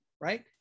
Right